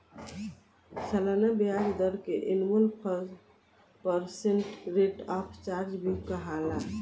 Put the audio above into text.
सलाना ब्याज दर के annual percent rate of charge भी कहाला